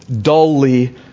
dully